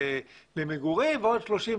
עשרות יישובים גם לא מוכרים בצפון.